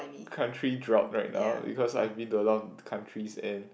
country drop right now because I've been to a lot countries and